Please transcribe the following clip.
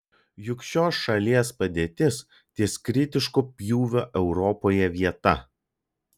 juk šios šalies padėtis ties kritiško pjūvio europoje vieta